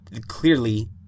clearly